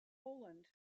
poland